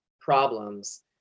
problems